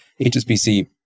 HSBC